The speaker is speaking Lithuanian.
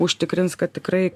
užtikrins kad tikrai